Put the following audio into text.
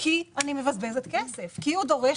כי אני מבזבזת כסף מכיוון שהוא דורש